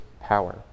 power